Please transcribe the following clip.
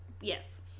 Yes